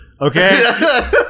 Okay